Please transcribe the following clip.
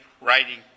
writing